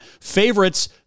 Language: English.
favorites